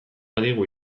badigu